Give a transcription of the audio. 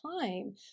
time